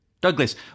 Douglas